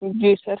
जी sir